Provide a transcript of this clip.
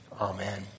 Amen